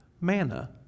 Manna